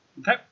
Okay